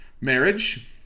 marriage